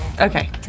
Okay